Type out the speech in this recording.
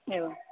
एवम्